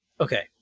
Okay